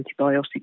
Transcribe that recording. antibiotic